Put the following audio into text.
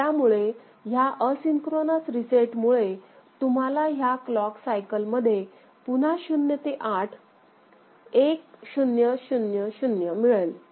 त्यामुळे ह्या asynchronous reset मुळे तुम्हाला ह्या क्लॉक सायकल मध्ये पुन्हा 0 ते 8 1000मिळेल